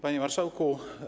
Panie Marszałku!